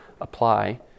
apply